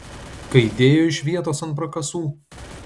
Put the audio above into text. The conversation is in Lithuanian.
kai dėjo iš vietos ant prakasų